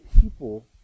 people